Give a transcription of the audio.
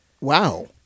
Wow